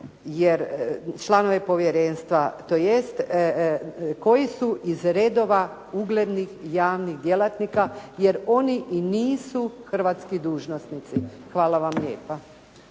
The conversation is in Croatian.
članove povjerenstva, tj. koji su iz redova uglednih i javnih djelatnika jer oni i nisu hrvatski dužnosnici. Hvala vam lijepa.